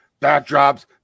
backdrops